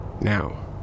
Now